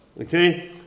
Okay